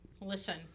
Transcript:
Listen